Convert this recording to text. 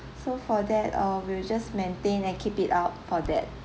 so for that uh we will just maintain and keep it out for that